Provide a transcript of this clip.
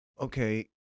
okay